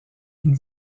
une